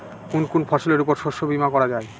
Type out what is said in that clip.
কোন কোন ফসলের উপর শস্য বীমা করা যায়?